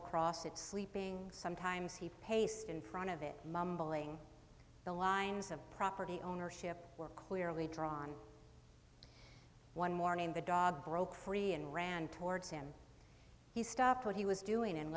across it sleeping sometimes he paced in front of it mumbling the lines of property ownership were clearly drawn one morning the dog broke free and ran towards him he stopped what he was doing and